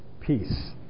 peace